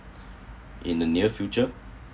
in the near future